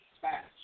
fast